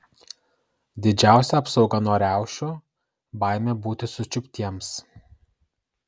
didžiausia apsauga nuo riaušių baimė būti sučiuptiems